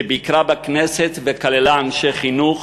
שביקרה בכנסת וכללה אנשי חינוך,